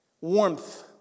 warmth